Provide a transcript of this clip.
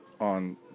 on